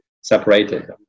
separated